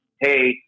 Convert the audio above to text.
Hey